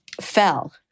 fell